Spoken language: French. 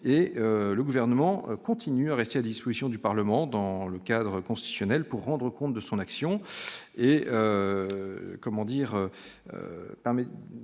le gouvernement continue à rester à disposition du Parlement dans le cadre constitutionnel pour rendre compte de son action